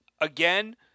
again